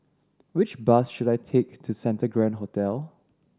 which bus should I take to Santa Grand Hotel